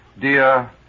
Dear